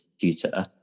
tutor